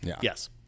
yes